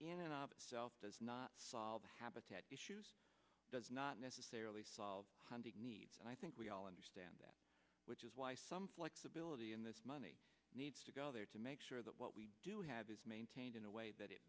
and does not solve habitat does not necessarily solve hunting needs and i think we all understand that which is why some flexibility in this money needs to go there to make sure that what we do have is maintained in a way that it